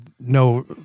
no